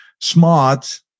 smart